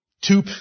Two